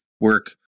work